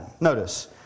Notice